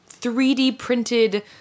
3D-printed